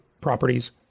properties